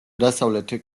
დასავლეთ